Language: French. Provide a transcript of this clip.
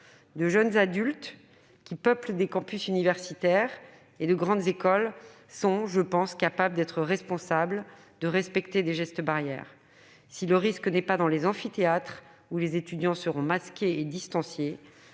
Les jeunes adultes qui peuplent nos campus universitaires et nos grandes écoles sont, à mon sens, capables d'être responsables et de respecter les gestes barrières. Si le risque n'est pas dans les amphithéâtres, où les étudiants seront masqués et distanciés,